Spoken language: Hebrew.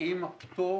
האם הפטור